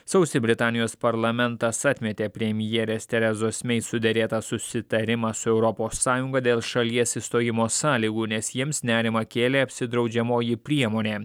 sausį britanijos parlamentas atmetė premjerės terezos mei suderėtą susitarimą su europos sąjunga dėl šalies išstojimo sąlygų nes jiems nerimą kėlė apsidraudžiamoji priemonė